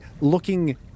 looking